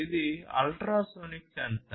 ఇది ultrasonic censor